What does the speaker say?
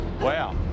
Wow